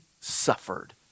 suffered